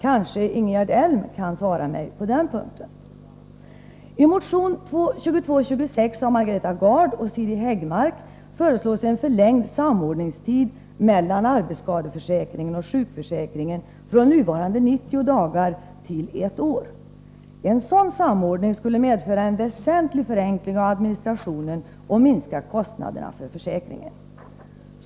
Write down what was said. Kanske Ingegerd Elm kan svara mig på den punkten. I motion 2226 av Margareta Gard och Siri Häggmark föreslås en förlängd samordningstid mellan arbetsskadeförsäkringen och sjukförsäkringen från nuvarande 90 dagar till ett år. En sådan samordning skulle medföra en väsentlig förenkling av administrationen och minska kostnaderna för försäkringen.